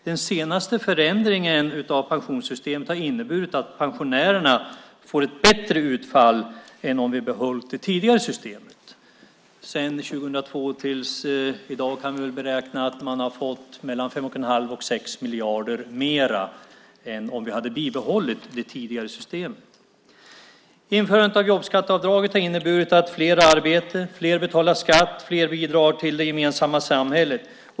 Den senaste förändringen av pensionssystemet har inneburit att pensionärerna får ett bättre utfall än om vi behållit det tidigare systemet. Vi kan beräkna att de från 2002 fram till i dag fått mellan 5 1⁄2 och 6 miljarder mer än om vi bibehållit det tidigare systemet. Införandet av jobbskatteavdraget har inneburit att fler är i arbete, fler betalar skatt, fler bidrar till det gemensamma samhället.